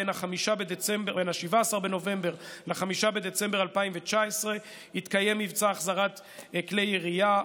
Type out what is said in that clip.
בין 17 בנובמבר ל-5 בדצמבר 2019 התקיים מבצע החזרת כלי ירייה,